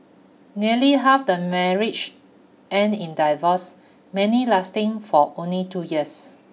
nearly half the marriage end in divorce many lasting for only two years